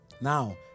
Now